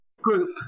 group